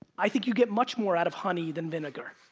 i think you get much more out of honey than vinegar.